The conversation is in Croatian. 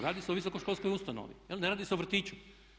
Radi se o visoko školskoj ustanovi, ne radi se o vrtiću.